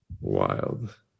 Wild